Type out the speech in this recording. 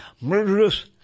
Murderous